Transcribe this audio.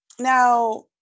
Now